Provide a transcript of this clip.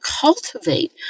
cultivate